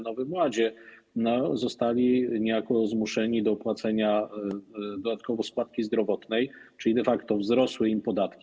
Nowym Ładzie zostali niejako zmuszeni do płacenia dodatkowo składki zdrowotnej, czyli de facto wzrosły im podatki.